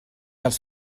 els